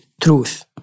truth